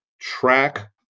Track